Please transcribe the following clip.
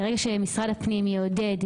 ברגע שמשרד הפנים יעודד,